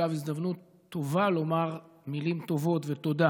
אגב, זו הזדמנות טובה לומר מילים טובות ותודה